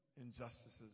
injustices